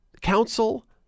Council